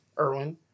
Irwin